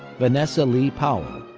vanessa lea powell.